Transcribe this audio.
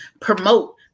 promote